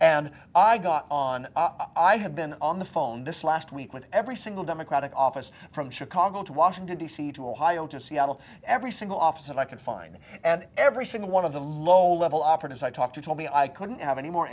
and i got on i have been on the phone this last week with every single democratic office from chicago to washington d c to ohio to seattle every single office that i could find and every single one of the low level operatives i talked to told me i couldn't have any more